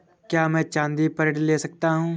क्या मैं चाँदी पर ऋण ले सकता हूँ?